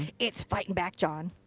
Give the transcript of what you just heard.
it's fighting back john.